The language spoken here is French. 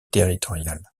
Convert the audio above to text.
territoriales